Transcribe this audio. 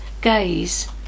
gaze